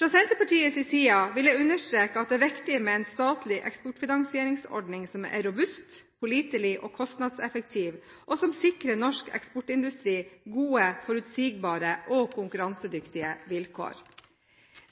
Fra Senterpartiets side vil jeg understreke at det er viktig med en statlig eksportfinansieringsordning som er robust, pålitelig og kostnadseffektiv, og som sikrer norsk eksportindustri gode, forutsigbare og konkurransedyktige vilkår.